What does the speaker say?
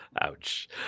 ouch